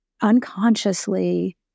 unconsciously